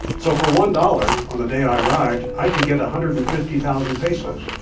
so for one dollar, on the day i arrived, i could get a hundred and fifty thousand pesos.